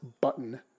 button